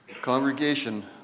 Congregation